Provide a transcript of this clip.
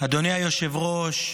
אדוני היושב-ראש,